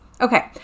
Okay